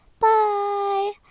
bye